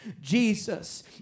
Jesus